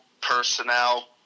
personnel